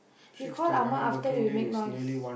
we call அம்மா:ammaa after we make noise